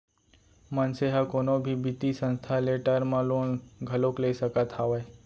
मनसे ह कोनो भी बित्तीय संस्था ले टर्म लोन घलोक ले सकत हावय